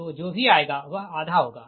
तो जो भी आएगा वह आधा होगा